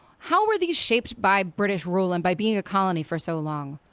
how were these shaped by british rule? and by being a colony for so long?